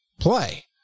play